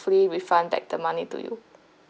hopefully refund back the money to you